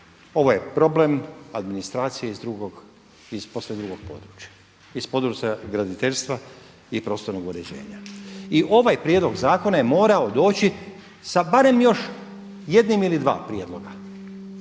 ovo je problem administracije iz drugog, iz posve drugog područja iz područja graditeljstva i prostornog uređenja. I ovaj prijedlog zakona je morao doći sa barem još jednim ili dva prijedloga.